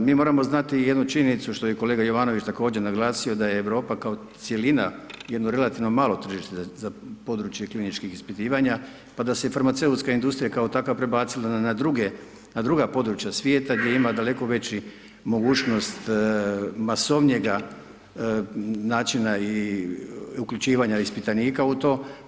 Mi moramo znati jednu činjenicu, što je kolega Jovanović, također naglasio da je Europa kao cjelina, jedno relativno malo tržište, za područje kliničkih ispitivanja, pa se i farmaceutska industrija, kao takva prebacila na druga područja svijeta gdje ima daleko veća mogućnost, mmasovnijeg načina i uključivanje ispitanika u to.